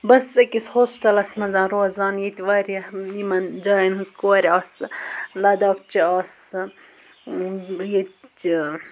بہٕ ٲسٕس أکِس ہوسٹَلَس منٛز روزان ییٚتہِ واریاہ یِمَن جایَن ہنٛز کورِ آسہٕ لداخ چہِ آسہٕ ٲں ییٚتہِ چہِ